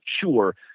sure